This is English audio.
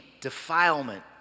defilement